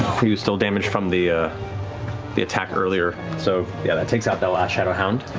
he was still damaged from the ah the attack earlier. so yeah, that takes out that last shadow hound.